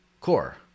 core